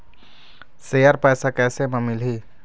Share पैसा कैसे म मिलही?